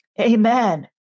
Amen